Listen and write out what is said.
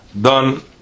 done